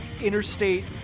interstate